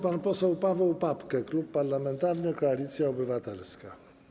Pan poseł Paweł Papke, Klub Parlamentarny Koalicja Obywatelska.